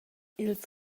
ils